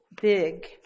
big